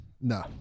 No